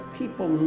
people